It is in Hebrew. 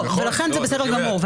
זה בסדר גמור.